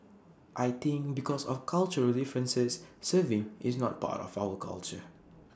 I think because of cultural differences serving is not part of our culture